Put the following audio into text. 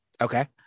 Okay